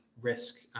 risk